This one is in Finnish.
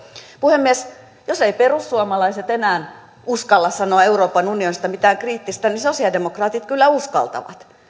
puhemies jos eivät perussuomalaiset enää uskalla sanoa euroopan unionista mitään kriittistä niin sosialidemokraatit kyllä uskaltavat